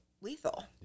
lethal